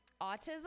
autism